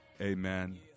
Amen